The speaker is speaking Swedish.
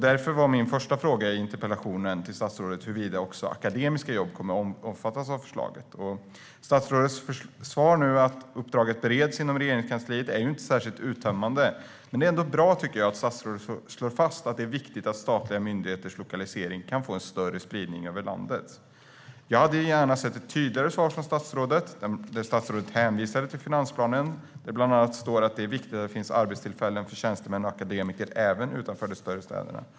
Därför var min första fråga i interpellationen till statsrådet huruvida också akademiska jobb kommer att omfattas av förslaget. Statsrådets svar att uppdraget bereds inom Regeringskansliet är inte särskilt uttömmande, men jag tycker ändå att det är bra att statsrådet slår fast att det är "viktigt att de statliga myndigheternas lokalisering kan få en större spridning över landet". Jag hade dock gärna sett att statsrådet gav ett tydligare svar och hänvisade till finansplanen, där det bland annat står att det är viktigt att det finns arbetstillfällen för tjänstemän och akademiker även utanför de större städerna.